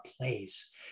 place